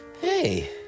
Hey